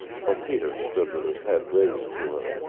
for peter stood with his head raised to her.